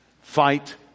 Fight